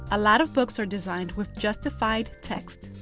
a lot of books are designed with justified text.